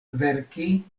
verki